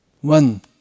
One